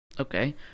okay